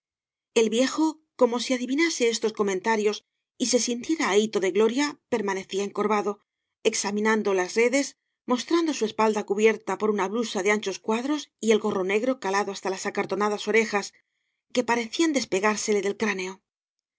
el viejo como si adivinase estos conaentarios y se sintiera ahito de gloria permanecía encorvado exami v blasco ibáñe naado las redas mostrando su espalda cubierta por una blusa de anchoa cuadros y el gorro negro calado hasta las acartonadas orejas que parecían despegársele del cráneo